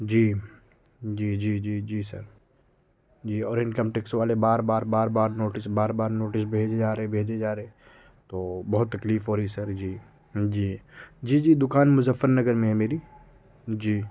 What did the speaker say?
جی جی جی جی سر جی اور انکم ٹیکس والے بار بار بار بار نوٹس بار بار نوٹس بھیجے جا رہے بھیجے جا رہے تو بہت تکلیف ہو رہی ہے سر جی جی جی جی دوکان مظفر نگر میں ہے میری جی